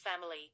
family